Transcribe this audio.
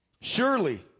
Surely